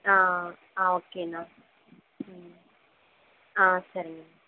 okay அண்ணா சரிங்க அண்ணா